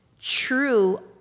true